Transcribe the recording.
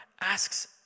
asks